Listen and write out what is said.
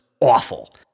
awful